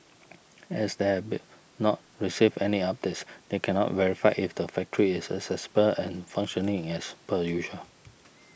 as they be not received any updates they cannot verify if the factory is accessible and functioning as per usual